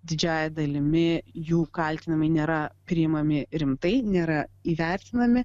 didžiąja dalimi jų kaltinimai nėra priimami rimtai nėra įvertinami